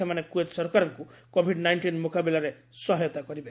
ସେମାନେ କୁଏତ୍ ସରକାରଙ୍କୁ COVID nineteen ମ୍ରକାବିଲାରେ ସହାୟତା କରିବେ